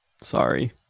Sorry